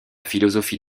philosophie